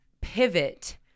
pivot